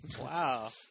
Wow